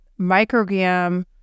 microgram